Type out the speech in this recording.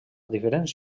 diferents